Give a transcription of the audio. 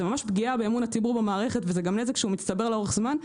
זה ממש פגיעה באמון הציבור במערכת והוא גם נזק שמצטבר לאורך זמן.